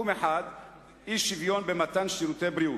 1. אי-שוויון במתן שירותי בריאות.